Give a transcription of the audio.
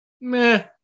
meh